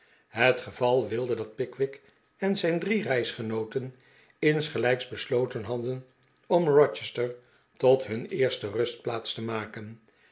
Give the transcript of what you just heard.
het geval wilde dat pickwick en zijn drie reisgenooten insgelijks besloten hadden om rochester tot hun eerste rustplaats te maken